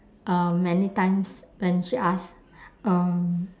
uh many times when she ask um